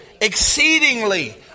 exceedingly